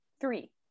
three